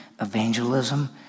evangelism